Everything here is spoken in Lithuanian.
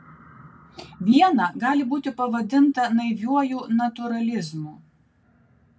viena gali būti pavadinta naiviuoju natūralizmu